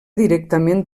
directament